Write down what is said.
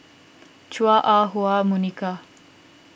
Chua Ah Huwa Monica